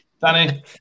Danny